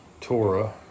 Torah